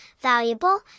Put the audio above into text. valuable